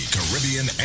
Caribbean